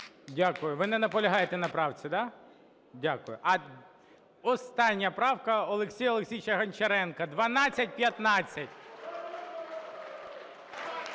Дякую. Ви не наполягаєте на правці, да? Дякую. Остання правка Олексія Олексійовича Гончаренка, 1215.